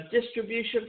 distribution